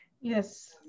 Yes